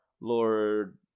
Lord